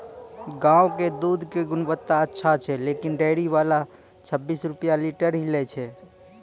गांव के दूध के गुणवत्ता अच्छा छै लेकिन डेयरी वाला छब्बीस रुपिया लीटर ही लेय छै?